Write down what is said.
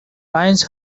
lions